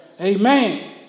Amen